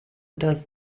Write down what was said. does